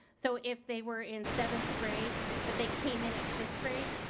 so if they were in seventh grade but they came in at fifth grade,